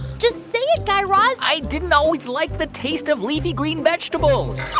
just say it, guy raz i didn't always like the taste of leafy-green vegetables